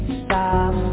stop